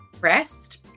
rest